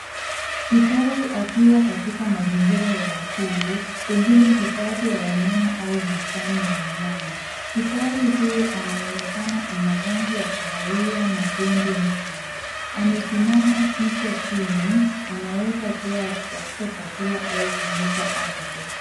Kifaru akiwa katika mazingira ya asili pengine bustani ya wanyama au hifadhi ya wanyama. Kifaru huyo anaonekana ana rangi ya kahawia na pembe mbili. Amesimama kichwa chini. Anaweza kuwa akitafuta chakula au kunusa ardhi.